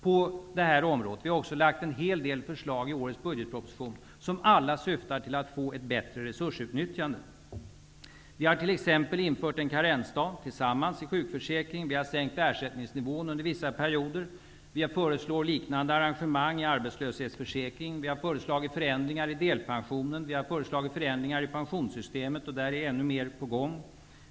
Vi har också lagt fram en hel del förslag i årets budgetproposition som alla syftar till att få ett bättre resursutnyttjande. Vi har t.ex. tillsammans infört en karensdag i sjukförsäkringen. Vi har sänkt ersättningsnivån under vissa perioder. Vi föreslår liknande arran gemang i arbetslöshetsförsäkringen. Vi har före slagit förändringar i delpensionen och i pensions systemet, och där är ännu mer på gång.